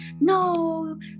no